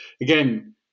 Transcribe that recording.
again